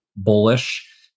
bullish